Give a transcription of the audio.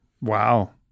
Wow